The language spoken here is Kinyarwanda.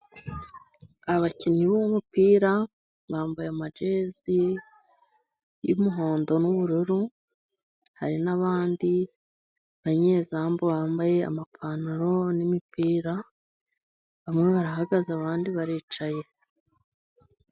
Abakinnyi b'umupira bambaye amajezi y'umuhondo nu'ubururu, hari n'abandi banyezamu bambaye amapantaro n'imipira. Bamwe barahagaze, abandi baricaye.